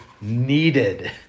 needed